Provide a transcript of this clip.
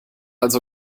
also